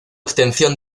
obtención